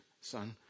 son